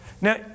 Now